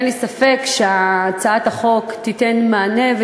אין לי ספק שהצעת החוק תיתן מענה.